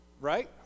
right